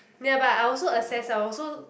ya but I also access I also